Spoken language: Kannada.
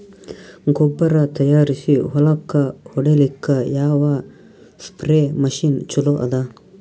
ಗೊಬ್ಬರ ತಯಾರಿಸಿ ಹೊಳ್ಳಕ ಹೊಡೇಲ್ಲಿಕ ಯಾವ ಸ್ಪ್ರಯ್ ಮಷಿನ್ ಚಲೋ ಅದ?